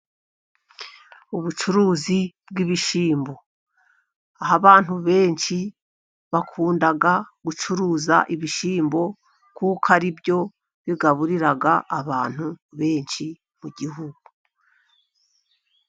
Ubucuruzi bw'ibishimbo, aho abantu benshi bakunda gucuruza ibishyimbo, kuko ari byo bigaburira, abantu benshi mu gihugu.